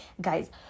guys